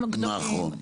נכון.